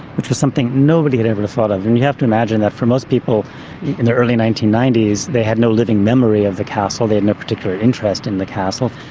which was something nobody had ever thought of. and you have to imagine that for most people in the early nineteen ninety s, they had no living memory of the castle, they had no particular interest in the castle.